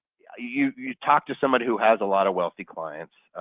yeah you you talk to someone who has a lot of wealthy clients.